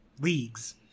leagues